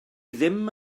ddim